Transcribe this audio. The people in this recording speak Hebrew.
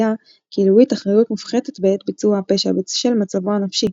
כי לוויט אחריות מופחתת בעת ביצוע הפשע בשל מצבו הנפשי,